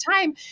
time